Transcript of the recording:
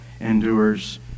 endures